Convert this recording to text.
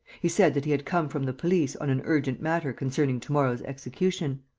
he said that he had come from the police on an urgent matter concerning to-morrow's execution.